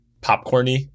popcorn-y